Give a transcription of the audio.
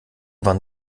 waren